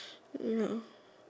no